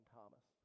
Thomas